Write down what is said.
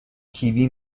کیوی